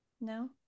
no